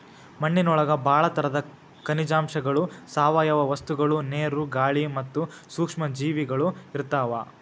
ಮಣ್ಣಿನೊಳಗ ಬಾಳ ತರದ ಖನಿಜಾಂಶಗಳು, ಸಾವಯವ ವಸ್ತುಗಳು, ನೇರು, ಗಾಳಿ ಮತ್ತ ಸೂಕ್ಷ್ಮ ಜೇವಿಗಳು ಇರ್ತಾವ